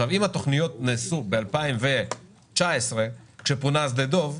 אם התוכניות נעשו ב-2019 כשפונה שדה דוב,